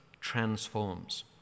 transforms